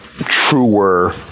truer